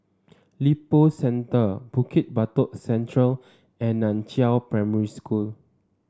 Lippo Centre Bukit Batok Central and Nan Chiau Primary School